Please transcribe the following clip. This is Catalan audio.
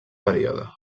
període